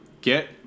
Get